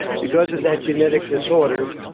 because of that genetic disorder,